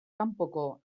kanpoko